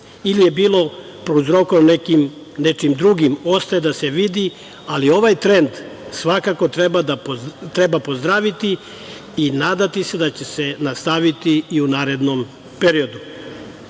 ili je bilo prouzrokovano nečim drugim, ostaje da se vidi, ali ovaj trend treba pozdraviti i nadati se da će se nastaviti i u narednom periodu.